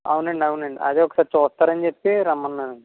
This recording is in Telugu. అవునండి అవునండి అదే ఒకసారి చూస్తారు అని చెప్పి రమ్మన్నాను అండి